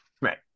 Right